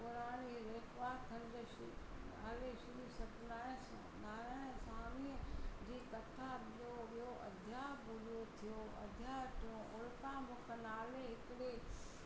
पुराणे रेक्वा खंड श्री नाले श्री सत्यनारायण स्वामीअ जे कथा जो ॿियो अध्याय पूरो थियो अध्याय टियों ओलका मुख नाले हिकिड़े